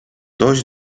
dojść